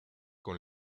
con